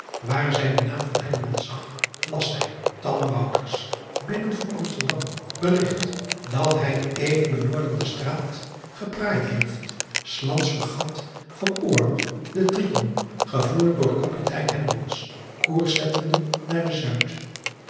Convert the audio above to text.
waar zij den naam zag las zij binnen voor msterdam berigt dat hij even benoorden de straat gepraaid heeft driaan oosjes zn et leven van illegonda uisman s ands regat van orlog e riton gevoerd door apitein koers zettende naar de